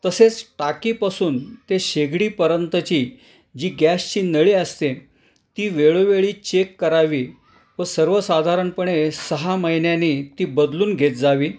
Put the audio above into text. तसेच टाकीपासून ते शेगडीपर्यंतची जी गॅसची नळी असते ती वेळोवेळी चेक करावी व सर्वसाधारणपणे सहा महिन्यांनी ती बदलून घेत जावी